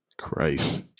Christ